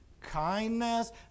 kindness